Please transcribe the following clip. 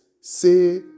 say